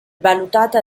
valutata